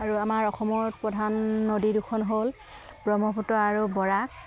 আৰু আমাৰ অসমত প্ৰধান নদী দুখন হ'ল ব্ৰহ্মপুত্ৰ আৰু বৰাক